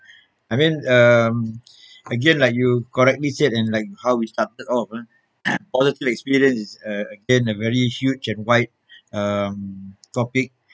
I mean um again like you correctly said and like how we started off ah positive experience is uh again a very huge and wide um topic